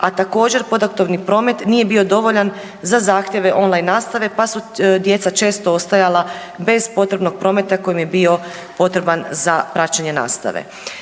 a također podatkovni promet nije bio dovoljan za zahtjeve on-line nastava pa su djeca često ostajala bez potrebnog prometa koji im je bio potreban za praćenje nastave.